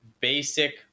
basic